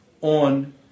on